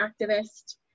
activist